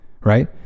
right